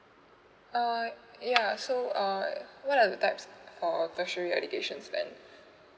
uh yeah so uh what are the types for bursaries education then